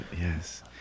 Yes